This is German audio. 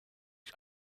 ich